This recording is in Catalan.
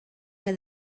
que